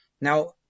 Now